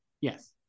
Yes